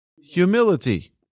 Humility